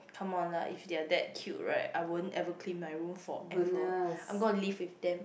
come on lah if they are that cute right I won't ever clean my room forever I'm gonna live with them